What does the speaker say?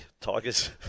Tigers